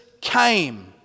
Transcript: came